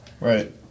right